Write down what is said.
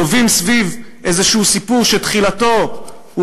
טווים סביב איזשהו סיפור שתחילתו היא